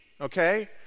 okay